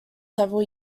several